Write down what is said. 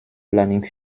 planning